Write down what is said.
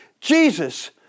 Jesus